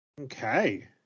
Okay